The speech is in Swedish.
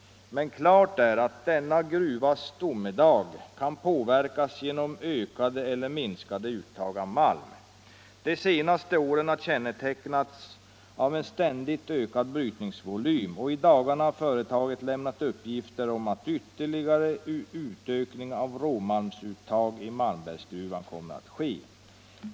Men klart är att denna gruvans ”domedag” kan påverkas genom ökade eller minskade uttag av malm. De senaste åren har kännetecknats av en ständigt ökad brytningsvolym och i dagarna har företaget lämnat uppgifter om att ytterligare utökning av råmalmsuttag i Malmbergsgruvan kommer att ske.